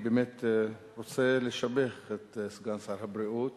ראשית, אני באמת רוצה לשבח את סגן שר הבריאות